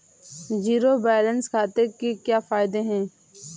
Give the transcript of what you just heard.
Zero balance खाते के क्या फायदे हैं?